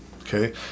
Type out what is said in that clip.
okay